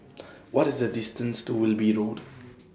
What IS The distance to Wilby Road